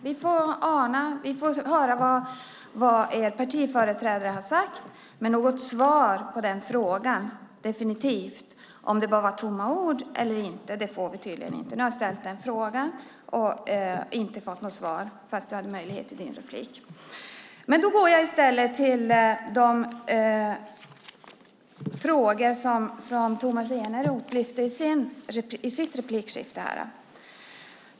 Vi får ana och höra vad er partiföreträdare har sagt, men något definitivt svar på frågan om det bara var tomma ord eller inte får vi tydligen inte. Nu har jag ställt den frågan och inte fått något svar, fast Tomas Eneroth hade möjlighet i sin replik. Jag går i stället över till de frågor som Tomas Eneroth ställde i sin replik.